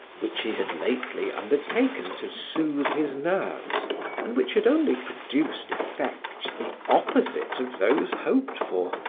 which he had lately undertaken to soothe his nerves and which had only produced effects the opposite of those hoped for,